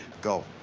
go.